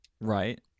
Right